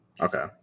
okay